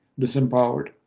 disempowered